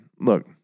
look